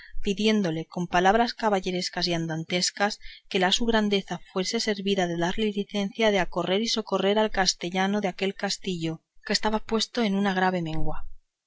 pidiéndole con palabras caballerescas y andantescas que la su grandeza fuese servida de darle licencia de acorrer y socorrer al castellano de aquel castillo que estaba puesto en una grave mengua